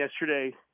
yesterday